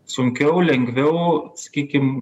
sunkiau lengviau sakykim